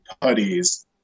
putties